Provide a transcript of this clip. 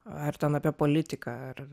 ar ten apie politiką ar